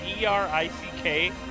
E-R-I-C-K